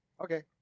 Okay